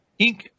Inc